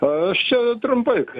aš čia trumpai